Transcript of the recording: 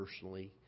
personally